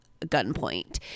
gunpoint